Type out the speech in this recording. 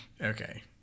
okay